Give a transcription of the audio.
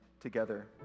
together